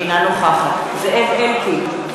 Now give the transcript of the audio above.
אינה נוכחת זאב אלקין,